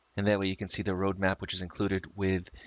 and that way you can see the roadmap, which is included with